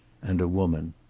and a woman.